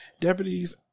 deputies